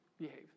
behave